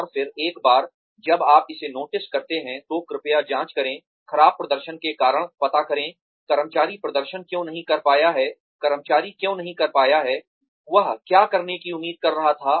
और फिर एक बार जब आप इसे नोटिस करते हैं तो कृपया जांच करे खराब प्रदर्शन के कारण पता करें कर्मचारी प्रदर्शन क्यों नहीं कर पाया है कर्मचारी क्यों नहीं कर पाया है वह क्या करने की उम्मीद कर रहा था